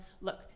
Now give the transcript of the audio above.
look